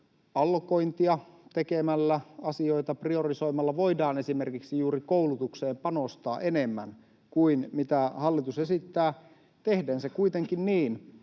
allokointia tekemällä, asioita priorisoimalla voidaan esimerkiksi juuri koulutukseen panostaa enemmän kuin mitä hallitus esittää. Tehdään se kuitenkin niin,